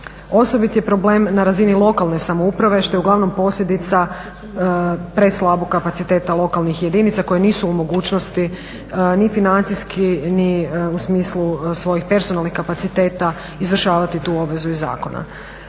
Osobit je problem na razini lokane samouprave što je uglavnom posljedica preslabog kapaciteta lokalnih jedinica koje nisu u mogućnosti ni financijski ni u smislu svojih personalnih kapaciteta izvršavati tu obvezu iz zakona.